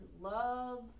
love